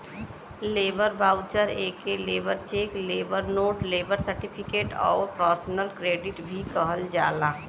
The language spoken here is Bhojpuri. लेबर वाउचर एके labour cheque, labour note, labour certificate आउर पर्सनल क्रेडिट भी कहल जाला